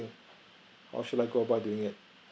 how should I go about doing it